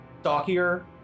stockier